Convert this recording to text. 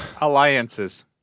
Alliances